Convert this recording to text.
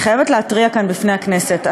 אני חייבת להתריע כאן בפני הכנסת,